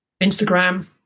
Instagram